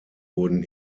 wurden